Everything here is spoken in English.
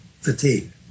fatigue